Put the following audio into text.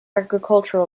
agricultural